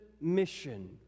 Mission